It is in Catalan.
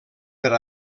per